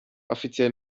offiziell